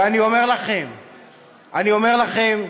ואני אומר לכם, אני אומר לכם: